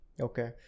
Okay